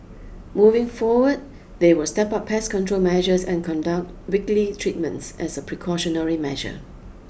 moving forward they will step up pest control measures and conduct weekly treatments as a precautionary measure